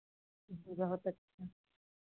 बहुत अच्छे